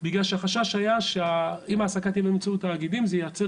בגלל שהחשש היה שאם ההעסקה תהיה באמצעות תאגידים זה ייצר